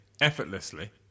Effortlessly